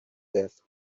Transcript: death